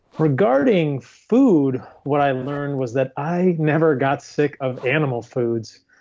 regarding food. what i learned was that i never got sick of animal foods.